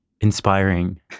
inspiring